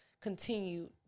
continued